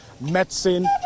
medicine